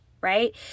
right